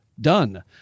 done